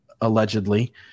allegedly